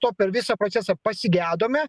to per visą procesą pasigedome